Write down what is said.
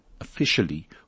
Officially